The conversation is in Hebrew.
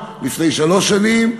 לפני שלוש שנים,